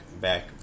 back